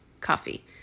Coffee